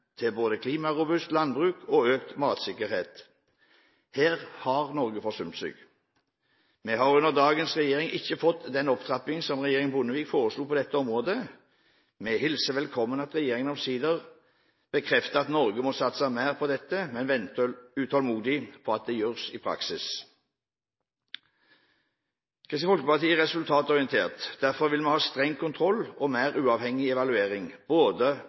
til både klimarobust landbruk og økt matsikkerhet. Her har Norge forsømt seg. Vi har under dagens regjering ikke fått den opptrapping som regjeringen Bondevik foreslo på dette området. Vi hilser velkommen at regjeringen omsider bekrefter at Norge må satse mer på dette, men venter utålmodig på at det gjøres i praksis. Kristelig Folkeparti er resultatorientert. Derfor vil vi ha streng kontroll og mer uavhengig evaluering, både